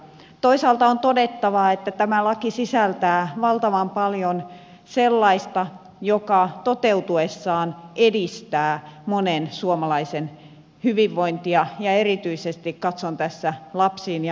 toisaalta on todettava että tämä laki sisältää valtavan paljon sellaista joka toteutuessaan edistää monen suomalaisen hyvinvointia ja erityisesti katson tässä lapsiin ja nuoriin